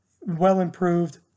well-improved